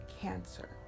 Cancer